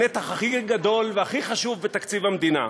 הנתח הכי גדול והכי חשוב בתקציב המדינה.